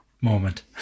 moment